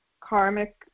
karmic